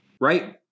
Right